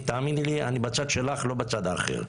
תאמיני לי, אני בצד שלך, לא בצד אחר.